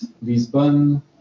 Lisbon